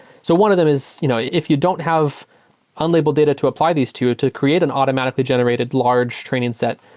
so one of them is you know if you don't have unlabeled data to apply these to to create an automatically generated large training set,